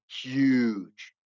huge